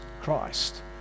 christ